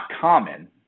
common